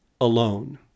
alone